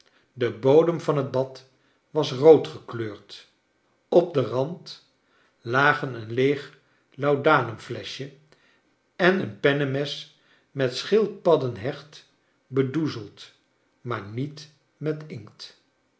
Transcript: de bodem van het bad was rood gckleurd op den rand lap en een leeg laudanum fleschje en een pennemes met schildpadden hecht bezoedeld maar niet met inkt